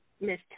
Miss